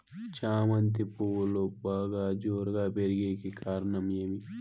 చామంతి పువ్వులు బాగా జోరుగా పెరిగేకి కారణం ఏమి?